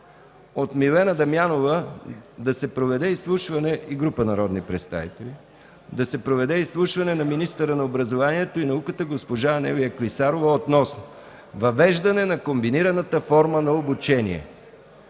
от Милена Дамянова и група народни представители да се проведе изслушване на министъра на образованието и науката госпожа Анелия Клисарова относно въвеждане на комбинираната форма на обучение.